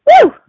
Woo